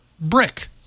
brick